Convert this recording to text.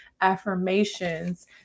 affirmations